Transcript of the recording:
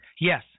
Yes